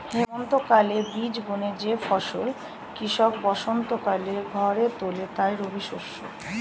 হেমন্তকালে বীজ বুনে যে ফসল কৃষক বসন্তকালে ঘরে তোলে তাই রবিশস্য